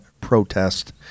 protest